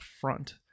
front